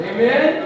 Amen